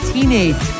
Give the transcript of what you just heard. Teenage